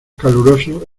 caluroso